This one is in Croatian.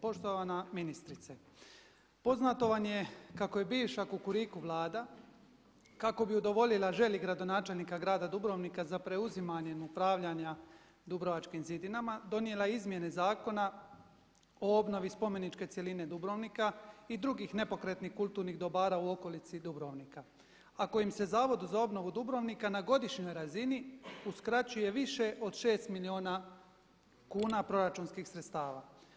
Poštovana ministrice, poznato vam je kako je bivša kukuriku Vlada kako bi udovoljila želji gradonačelnika grada Dubrovnika za preuzimanje upravljanja Dubrovačkim zidinama donijela Izmjene zakona o obnovi spomeničke cjeline Dubrovnika i drugih nepokretnih kulturnih dobara u okolici Dubrovnika a kojim se Zavodu za obnovu Dubrovnika na godišnjoj razini uskraćuje više od 6 milijuna kuna proračunskih sredstava.